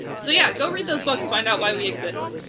so yeah, go read those books! find out why we exist!